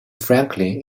franklin